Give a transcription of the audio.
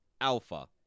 alpha